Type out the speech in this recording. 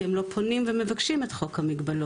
כי הם לא פונים ומבקשים את חוק המגבלות.